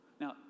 now